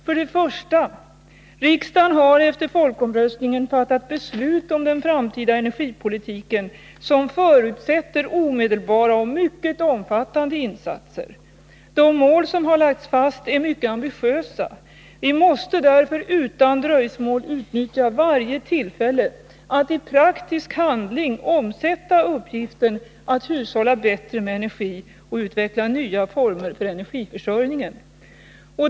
För det första: Riksdagen har efter folkomröstningen fattat beslut om den framtida energipolitiken vilket förutsätter omedelbara och mycket omfattande insatser. De mål som har lagts fast är mycket ambitiösa. Vi måste därför utan dröjsmål utnyttja varje tillfälle att i praktisk handling omsätta uppgiften att hushålla bättre med energi och utveckla nya former för energiförsörjningen.